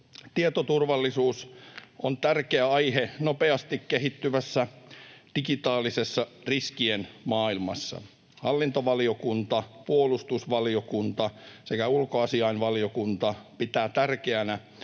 Tietoturvallisuus on tärkeä aihe nopeasti kehittyvässä digitaalisessa riskien maailmassa. Hallintovaliokunta, puolustusvaliokunta sekä ulkoasiainvaliokunta pitävät tärkeänä,